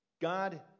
God